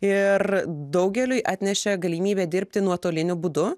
ir daugeliui atnešė galimybę dirbti nuotoliniu būdu